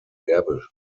werbespot